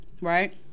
right